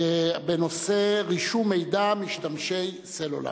בנושא: רישום מידע משתמש סלולרי.